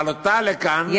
בעלותה לכאן,